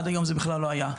עד היום זה בכלל לא היה.